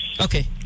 Okay